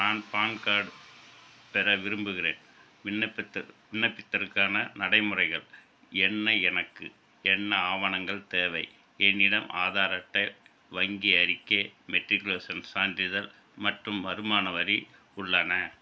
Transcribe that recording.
நான் PAN card பெற விரும்புகிறேன் விண்ணப்பித்த விண்ணப்பிபதற்கான நடைமுறைகள் என்ன எனக்கு என்ன ஆவணங்கள் தேவை என்னிடம் ஆதார் அட்டை வங்கி அறிக்கை மெட்ரிகுலேஷன் சான்றிதழ் மற்றும் வருமான வரி உள்ளன